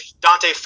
Dante